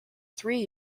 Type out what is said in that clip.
three